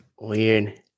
weird